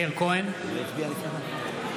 מאיר כהן, הוא לא הצביע לפני כן?